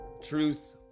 truth